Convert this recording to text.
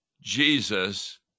Jesus